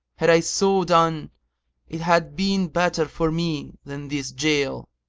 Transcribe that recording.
had i so done it had been better for me than this jail.